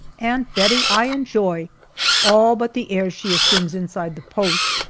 and bettie i enjoy all but the airs she assumes inside the post.